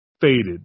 faded